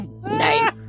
Nice